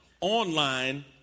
online